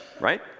right